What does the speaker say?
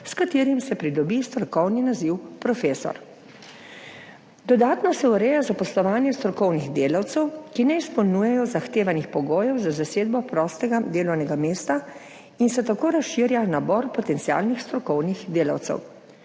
s katerim se pridobi strokovni naziv profesor. Dodatno se ureja zaposlovanje strokovnih delavcev, ki ne izpolnjujejo zahtevanih pogojev za zasedbo prostega delovnega mesta, in se tako razširja nabor potencialnih strokovnih delavcev.